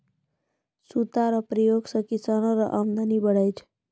सूता रो प्रयोग से किसानो रो अमदनी बढ़ै छै